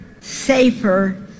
safer